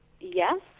yes